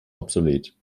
obsolet